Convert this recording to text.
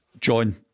John